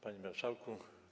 Panie Marszałku!